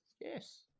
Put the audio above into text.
Yes